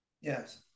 Yes